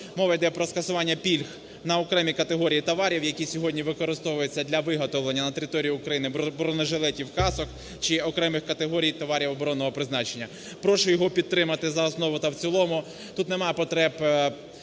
Мова іде про скасування пільг на окремі категорії товарів, які сьогодні використовуються для виготовлення на території України бронежилетів, касок чи окремих категорій оборонного призначення. Прошу його підтримати за основу та в цілому, тут немає потреб